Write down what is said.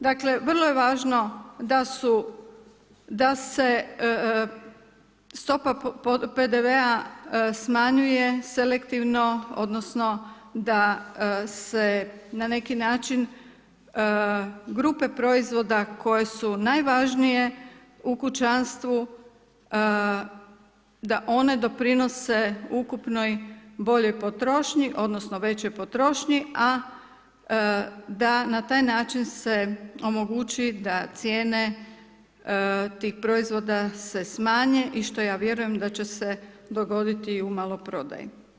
Dakle, vrlo je važno da se stopa PDV-a smanjuje selektivno odnosno da se na neki način, grupe proizvoda koje su najvažnije u kućanstvu, da one doprinose ukupnoj boljoj potrošnji odnosno većoj potrošnji, a da na taj način se omogući da cijene tih proizvoda se smanje, i što ja vjerujem da će se dogoditi i u maloprodaji.